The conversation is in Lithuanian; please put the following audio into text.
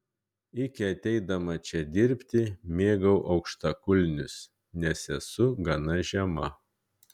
iki ateidama čia dirbti mėgau aukštakulnius nes esu gana žema